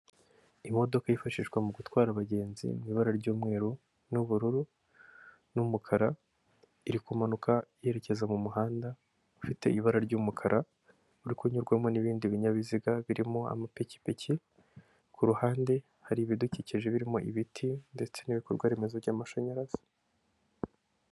Imodoka yifashishwa mu gutwara abagenzi mu ibara ry'umweru n'ubururu n'umukara, iri kumanuka yerekeza mu muhanda ufite ibara ry'umukara, uri kunyurwamo n'ibindi binyabiziga birimo amapikipiki, ku ruhande hari ibidukije birimo ibiti ndetse n'ibikorwaremezo by'amashanyarazi.